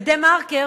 ב"דה-מרקר"